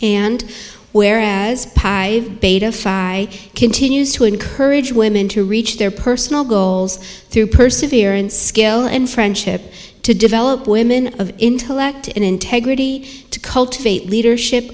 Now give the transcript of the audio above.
whereas i continues to encourage women to reach their personal goals through perseverance skill and friendship to develop women of intellect and integrity to cultivate leadership